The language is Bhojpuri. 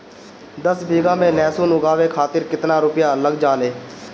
दस बीघा में लहसुन उगावे खातिर केतना रुपया लग जाले?